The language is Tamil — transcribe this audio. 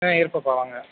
ஆ இருப்போம்ப்பா வாங்க